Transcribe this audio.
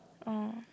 oh